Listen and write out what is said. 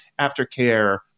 aftercare